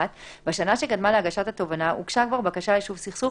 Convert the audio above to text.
(1) בשנה שקדמה להגשת התובענה הוגשה כבר בקשה ליישוב סכסוך